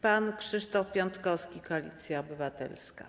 Pan poseł Krzysztof Piątkowski, Koalicja Obywatelska.